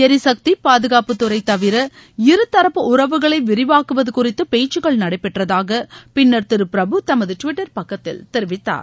ளிசக்தி பாதுகாப்பு துறை தவிர இருதரப்பு உறவுகளை விரிவாக்குவது குறித்து பேச்சுக்கள் நடைபெற்றதாக பின்னர் திரு பிரபு தமது டுவிட்டர் பக்கத்தில் தெரிவித்தார்